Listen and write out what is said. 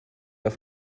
auf